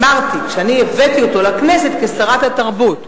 אמרתי שאני הבאתי אותו לכנסת כשרת התרבות,